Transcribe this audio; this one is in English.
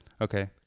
Okay